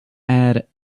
add